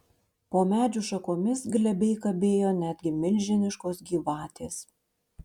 po medžių šakomis glebiai kabėjo netgi milžiniškos gyvatės